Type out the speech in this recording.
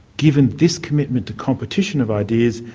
given this commitment to competition of ideas,